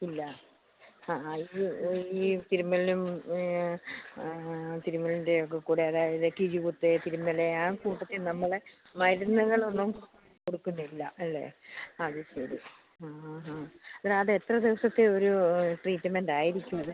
ഇല്ല ആ ആ ഇത് ഈ തിരുമ്മലിനും തിരുമ്മൽൻ്റെയൊക്കെ കൂടെ അതായത് കിഴി കുത്ത് തിരുമ്മൽ ആ കൂട്ടത്തിൽ നമ്മളെ മരുന്നുകളൊന്നും കൊടുക്കുന്നില്ല അല്ലേ അത് ശരി ആ ആ ആ അതെത്ര ദിവസത്തെ ഒരു ട്രീറ്റ്മെൻറ്റായിരിക്കും ഇത്